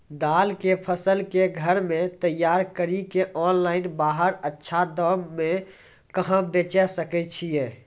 दाल के फसल के घर मे तैयार कड़ी के ऑनलाइन बाहर अच्छा दाम मे कहाँ बेचे सकय छियै?